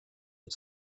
und